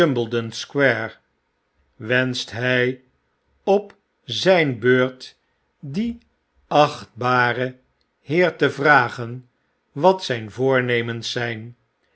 wenscht hy op zyn beurt dienachtbaren heer te vrageu wat zijn voornemens zijn